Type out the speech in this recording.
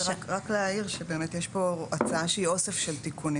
רק להעיר שיש פה הצעה שהיא אוסף של תיקונים